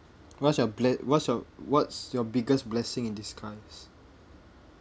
what's your ble~ what's your what's your biggest blessing in disguise